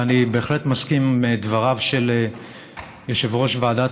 ואני בהחלט מסכים עם דבריו של יושב-ראש ועדת